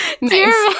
Nice